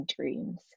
dreams